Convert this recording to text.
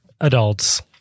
adults